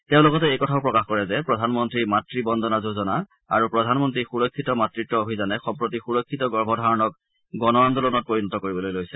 তেওঁ লগতে এই কথাও প্ৰকাশ কৰে যে প্ৰধানমন্ত্ৰী মাতৃ বন্দনা যোজনা আৰু প্ৰধানমন্ত্ৰী সুৰক্ষিত মাতৃত্ব অভিযানে সম্প্ৰতি সুৰক্ষিত গৰ্ভধাৰণক গণ আন্দোনলত পৰিণত কৰিবলৈ লৈছে